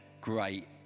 great